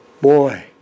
Boy